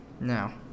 Now